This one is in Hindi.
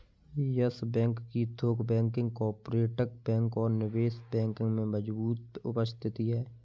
यस बैंक की थोक बैंकिंग, कॉर्पोरेट बैंकिंग और निवेश बैंकिंग में मजबूत उपस्थिति है